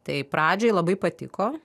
tai pradžioj labai patiko